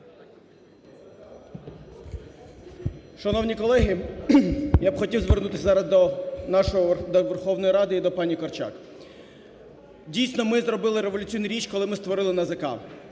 Шановні колеги, я б хотів звернутися зараз до нашої Верховної Ради і до пані Корчак. Дійсно, ми зробили революційну річ, коли ми створили НАЗК.